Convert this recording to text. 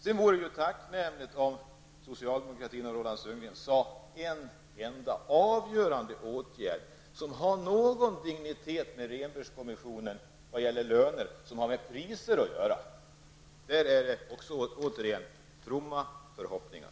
Det vore tacknämligt om socialdemokratin och Roland Sundgren kunde föreslå någon enda åtgärd beträffande priserna som är av någon dignitet jämfört med Rehnbergkommissionens förslag vad gäller löner. Men också här kommer man bara med fromma förhoppningar.